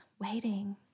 waiting